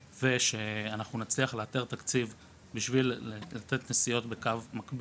ושאנחנו נצליח לאתר תקציב בשביל לתת לתושבי